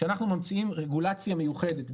כשאנחנו ממציאים רגולציה מיוחדת,